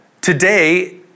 Today